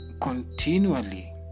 continually